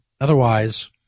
Otherwise